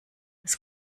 das